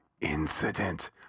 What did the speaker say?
incident